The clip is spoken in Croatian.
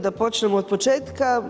Da počnem od početka.